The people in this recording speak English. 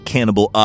Cannibal